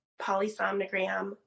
polysomnogram